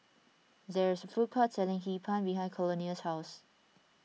there is a food court selling Hee Pan behind Colonel's house